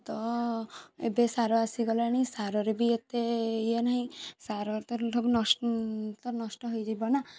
ତ ଏବେ ସାର ଆସିଗଲାଣି ସାରରେ ବି ଏତେ ଇଏ ନାହିଁ ସାରରେ ତ ସବୁ ତ ନଷ୍ଟ ହେଇଯିବ ନାଁ